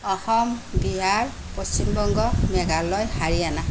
Assam Bihar Paschimbanga Meghalaya Haryana